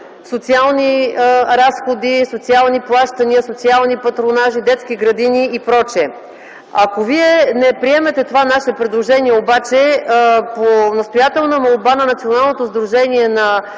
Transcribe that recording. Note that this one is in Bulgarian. социални разходи, социални плащания, социални патронажи, детски градини и прочие. Ако вие не приемете това наше предложение обаче, по настоятелна молба на Националното сдружение на